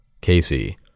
Casey